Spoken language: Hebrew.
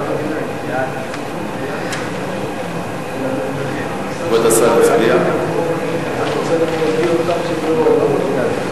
ההצעה להעביר את הנושא לוועדת הפנים והגנת הסביבה